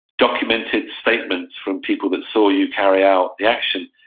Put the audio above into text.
documented statements from people that saw you carry out the action.